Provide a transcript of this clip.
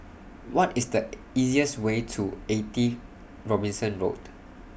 What IS The easiest Way to eighty Robinson Road